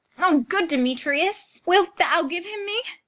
ah, good demetrius, wilt thou give him me?